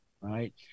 Right